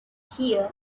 here